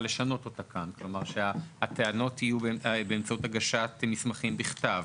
כך שהטענות יהיו באמצעות הגשת מסמכים בכתב,